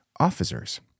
officers